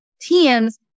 teams